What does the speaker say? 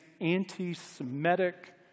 anti-Semitic